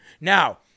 Now